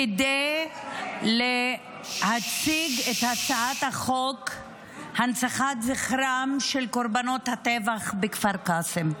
כדי להציג את הצעת חוק הנצחת זכרם של קורבנות הטבח בכפר קאסם.